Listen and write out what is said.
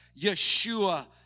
Yeshua